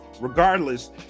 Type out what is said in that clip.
regardless